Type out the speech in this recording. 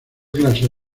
clases